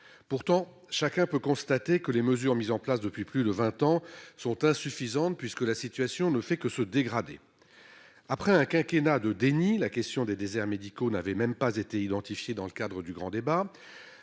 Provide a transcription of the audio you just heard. pourtant, chacun peut constater que les mesures mises en place depuis plus de 20 ans sont insuffisantes, puisque la situation ne fait que se dégrader après un quinquennat de déni, la question des déserts médicaux n'avait même pas été identifiés dans le cadre du grand débat,